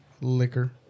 liquor